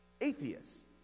Atheists